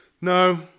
No